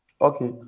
okay